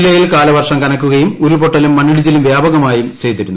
ജില്ലയിൽ കാലവർഷം കനക്കുകയും ഉരുൾപൊട്ടലും മണ്ണിടിച്ചിലും വ്യാപകമാകുകയും ചെയ്തിരുന്നു